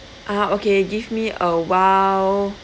uh okay give me a while